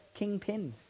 kingpins